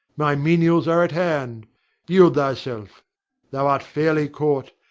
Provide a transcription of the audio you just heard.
my menials are at hand yield thyself thou art fairly caught,